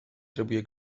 trebuie